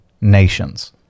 nations